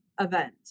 event